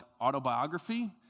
autobiography